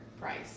price